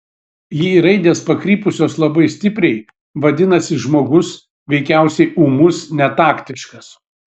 jei raidės pakrypusios labai stipriai vadinasi žmogus veikiausiai ūmus netaktiškas